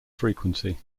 frequency